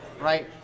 Right